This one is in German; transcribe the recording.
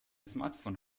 smartphone